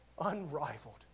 unrivaled